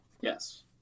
Yes